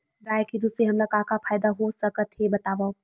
गाय के दूध से हमला का का फ़ायदा हो सकत हे बतावव?